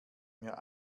mir